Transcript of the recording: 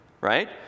right